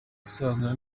asobanura